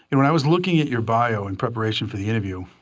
and when i was looking at your bio in preparation for the interview,